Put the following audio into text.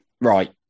Right